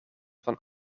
van